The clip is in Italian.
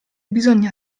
bisogna